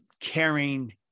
caring